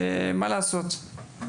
מה לעשות,